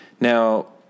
now